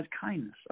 kindness